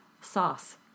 Sauce